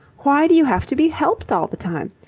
why do you have to be helped all the time?